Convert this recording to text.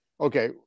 okay